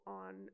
on